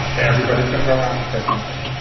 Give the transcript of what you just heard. everybody's gonna go around and say something.